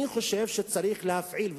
אני חושב שצריך להפעיל,